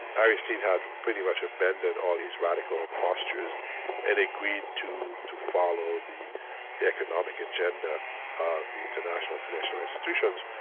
aristide had pretty much abandoned all his radical postures and agreed to to follow the economic agenda of the international financial institutions.